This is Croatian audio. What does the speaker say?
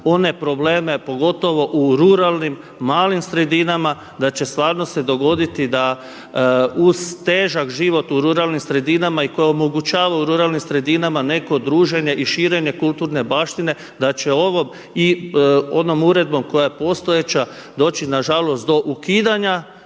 one probleme pogotovo u ruralnim, malim sredinama, da će stvarno se dogoditi da uz težak život u ruralnim sredinama i koje omogućavaju u ruralnim sredinama neko druženje i širenje kulturne baštine da će i onom uredbom koja je postojeća doći nažalost do ukidanja